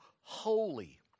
holy